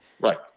right